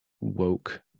woke